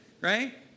right